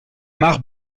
mare